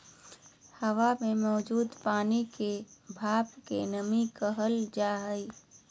हवा मे मौजूद पानी के भाप के नमी कहय हय